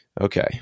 Okay